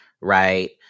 right